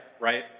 right